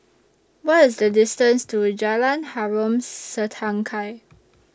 What IS The distance to Jalan Harom Setangkai